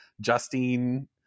Justine